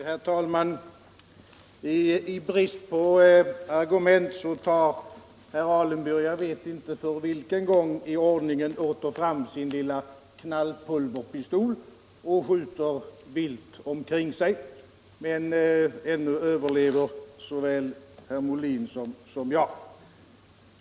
Herr talman! I brist på argument tar herr Alemyr — jag vet inte för vilken gång i ordningen —- fram sin lilla knallpulverpistol och skjuter vilt omkring sig, men ännu lever såväl herr Molin som jag.